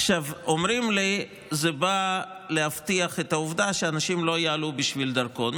אומרים לי שזה בא להבטיח את העובדה שאנשים לא יעלו בשביל דרכון.